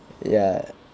ya